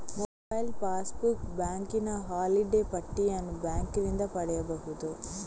mobile passbook, ಬ್ಯಾಂಕಿನ holiday ಪಟ್ಟಿಯನ್ನು ಬ್ಯಾಂಕಿನಿಂದ ಪಡೆಯಬಹುದು